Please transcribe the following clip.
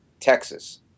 Texas